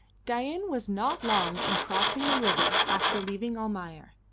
dain was not long in crossing the river after leaving almayer.